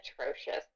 atrocious